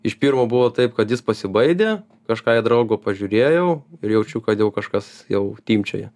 iš pirmo buvo taip kad jis pasibaidė kažką į draugą pažiūrėjau ir jaučiu kad jau kažkas jau timpčioja